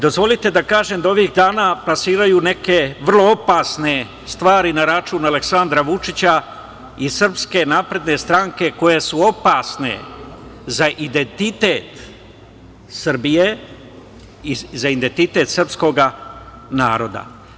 Dozvolite da kažem da ovih dana plasiraju neke vrlo opasne stvari na račun Aleksandra Vučića i SNS, koje su opasne za identitet Srbije i za identitet srpskoga naroda.